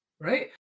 right